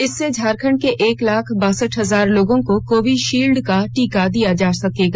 इससे झारखंड के एक लाख बासठ हजार लोगों को कोविशील्ड का टीका दिया जा सकेगा